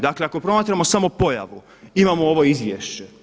Dakle, ako promatramo samo pojavu, imamo ovo izvješće.